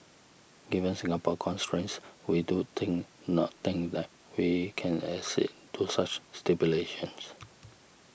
given Singapore's constraints we do think not think that we can accede to such stipulations